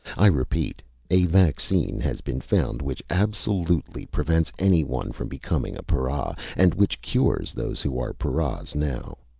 i repeat a vaccine has been found which absolutely prevents anyone from becoming a para, and which cures those who are paras now.